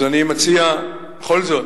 אז אני מציע, בכל זאת,